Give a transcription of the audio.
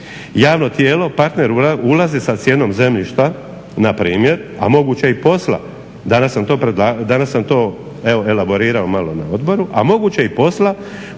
Javno tijelo partner ulazi sa cijenom zemljišta npr. a moguće i posla, danas sam to elaborirao malo na odboru